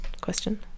question